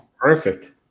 Perfect